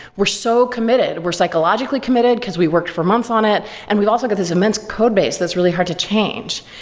we're so committed. we're psychologically committed, because we worked for months on it and we also got this immense codebase that's really hard to change.